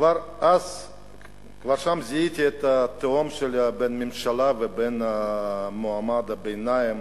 כבר שם זיהיתי את התהום בין הממשלה ובין מעמד הביניים.